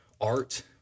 art